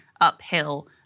uphill